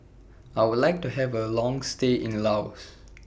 I Would like to Have A Long stay in Laos